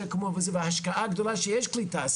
וההשקעה הגדולה שיש קליטה,